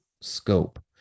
scope